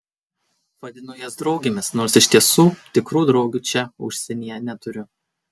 vadinu jas draugėmis nors iš tiesų tikrų draugių čia užsienyje neturiu